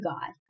God